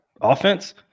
offense